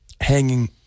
hanging